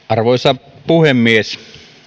arvoisa puhemies